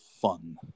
fun